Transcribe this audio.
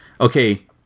Okay